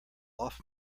off